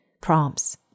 prompts